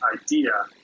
idea